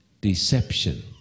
deception